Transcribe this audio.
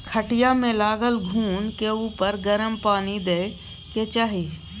खटिया मे लागल घून के उपर गरम पानि दय के चाही